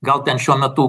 gal ten šiuo metu